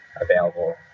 available